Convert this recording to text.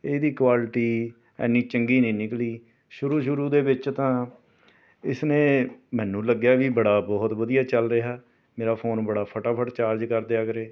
ਇਹਦੀ ਕੁਆਲਿਟੀ ਇੰਨੀ ਚੰਗੀ ਨਹੀਂ ਨਿਕਲੀ ਸ਼ੁਰੂ ਸ਼ੁਰੂ ਦੇ ਵਿੱਚ ਤਾਂ ਇਸਨੇ ਮੈਨੂੰ ਲੱਗਿਆ ਵੀ ਬੜਾ ਬਹੁਤ ਵਧੀਆ ਚੱਲ ਰਿਹਾ ਮੇਰਾ ਫੋਨ ਬੜਾ ਫਟਾਫਟ ਚਾਰਜ ਕਰ ਦਿਆ ਕਰੇ